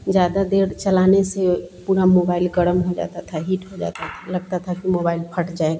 ज़्यादा देर चलाने से पूरा मोबाइल गर्म हो जाता था हीट हो जाता था लगता था कि मोबाइल फट जाएगा